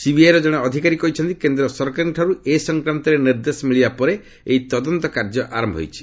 ସିବିଆଇର ଜଣେ ଅଧିକାରୀ କହିଛନ୍ତି କେନ୍ଦ୍ର ସରକାରଙ୍କଠାରୁ ଏ ସଂକ୍ରାନ୍ତରେ ନିର୍ଦ୍ଦେଶ ମିଳିବା ପରେ ଏହି ତଦନ୍ତ କାର୍ଯ୍ୟ ଆରମ୍ଭ ହୋଇଛି